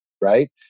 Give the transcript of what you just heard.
right